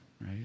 right